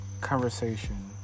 conversation